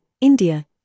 India